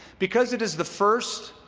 because it is the first,